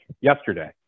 yesterday